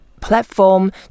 platform